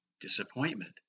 disappointment